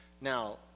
Now